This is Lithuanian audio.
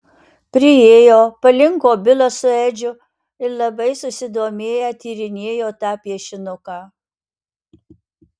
priėjo palinko bilas su edžiu ir labai susidomėję tyrinėjo tą piešinuką